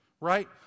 right